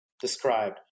described